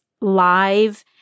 live